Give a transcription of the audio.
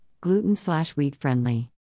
gluten-slash-wheat-friendly